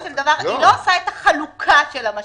של דבר לא עושה את החלוקה של המשאבים.